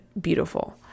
beautiful